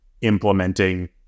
implementing